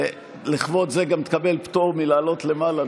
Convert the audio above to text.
לכבוד זה גם תקבל פטור מלעלות למעלה,